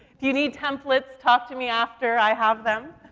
if you need templates, talk to me after, i have them.